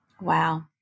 Wow